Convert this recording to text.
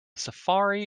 safari